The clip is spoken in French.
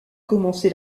commencé